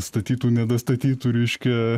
statytų nedastatytų reiškia